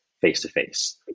face-to-face